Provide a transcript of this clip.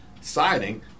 siding